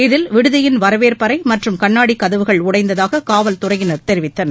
இதில் விடுதியின் வரவேற்பு அறை மற்றும் கண்ணாடிக் கதவுகள் உடைந்ததாக காவல்துறையினர் தெரிவித்தனர்